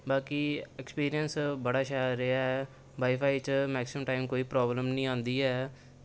बाकी एक्सपीरियंस बड़ा शैल रेहा ऐ वाई फाई च मैक्सीमम टाईम कोई प्राब्लम निं औंदी ऐ